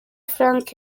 frank